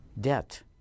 debt